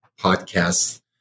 podcasts